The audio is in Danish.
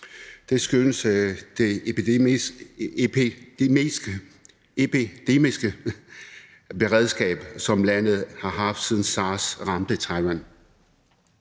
Det skyldes det epidemiske beredskab, som landet har haft, siden sars ramte Taiwan.